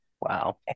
Wow